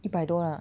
一百多 lah